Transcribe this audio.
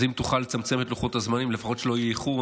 אז אם תוכל לצמצם את לוחות הזמנים ולפחות שלא יהיה איחור,